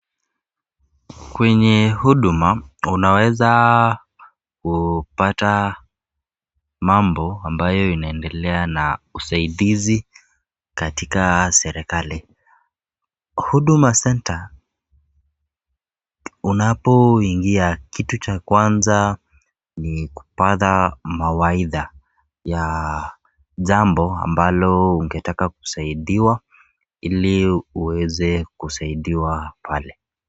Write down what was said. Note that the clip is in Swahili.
Kwenye huduma unaweza kupata mambo inayoendelea na usaidizi katika serekali , huduma senta unapoingia kitu cha kwanza ni kupata mawaida ya chambo ambalo ungetaka kusaidiwa hili uweze kusaidiwa pale.